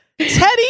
teddy